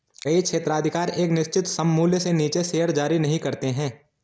कई क्षेत्राधिकार एक निश्चित सममूल्य से नीचे शेयर जारी नहीं करते हैं